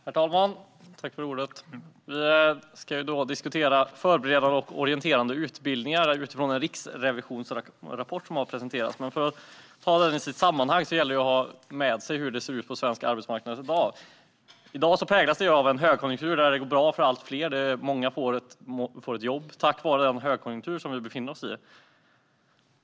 Herr talman! Vi ska nu diskutera Förberedande och orienterande utbildning utifrån en riksrevisionsrapport som har presenterats. För att se den i sitt sammanhang måste man ha med sig hur det ser ut på svensk arbetsmarknad totalt. I dag präglas arbetsmarknaden av högkonjunktur där det går bra för allt fler. Tack vare den får många ett jobb.